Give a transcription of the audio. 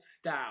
style